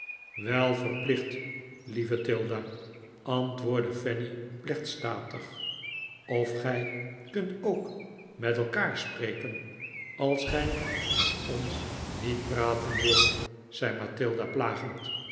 wel verplicht lieve tilda antwoordde fanny plechtstatig of gij kunt ook met elkaar spreken als gij met ons niet praten wilt zei mathilda plagend